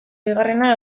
bigarrena